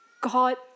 God